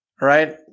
right